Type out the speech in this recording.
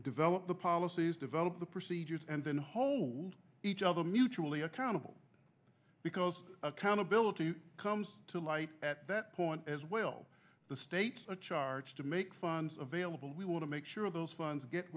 develop the policies develop the procedures and then hold each of them mutually accountable because accountability comes to light at that point as well the states are charged to make funds available we want to make sure those funds get